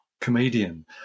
comedian